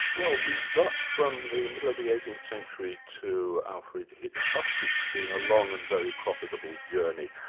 well we've got from the middle of the eighteenth century to alfred hitchcock, it's been a long and very profitable journey.